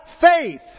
faith